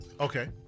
Okay